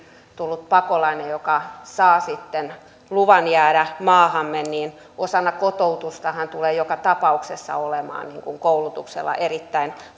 tullut pakolainen joka saa sitten luvan jäädä maahamme niin osana kotoutusta hänelle tulee joka tapauksessa olemaan koulutuksella erittäin